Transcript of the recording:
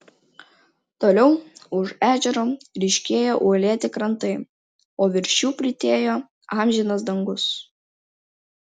toliau už ežero ryškėjo uolėti krantai o virš jų plytėjo amžinas dangus